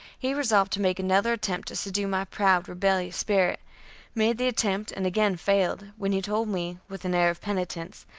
he resolved to make another attempt to subdue my proud, rebellious spirit made the attempt and again failed, when he told me, with an air of penitence,